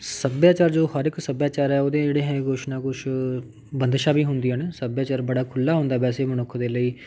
ਸੱਭਿਆਚਾਰ ਜੋ ਹਰ ਇੱਕ ਸੱਭਿਆਚਾਰ ਹੈ ਉਹਦੇ ਜਿਹੜੇ ਹੈ ਕੁਛ ਨਾ ਕੁਛ ਬੰਦਿਸ਼ਾਂ ਵੀ ਹੁੰਦੀਆਂ ਨੇ ਸੱਭਿਆਚਾਰ ਬੜਾ ਖੁੱਲ੍ਹਾ ਹੁੰਦਾ ਵੈਸੇ ਮਨੁੱਖ ਦੇ ਲਈ